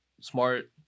smart